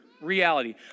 reality